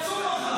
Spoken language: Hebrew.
שיצום מחר.